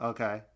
Okay